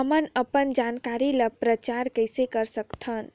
हमन अपन जानकारी ल प्रचार कइसे कर सकथन?